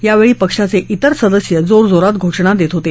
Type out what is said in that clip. यावेळी पक्षाचे विर सदस्य जोरजोरात घोषणा देत होते